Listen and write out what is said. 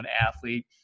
athlete